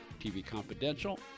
tvconfidential